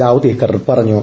ജാവ്ദേക്കർ പറഞ്ഞു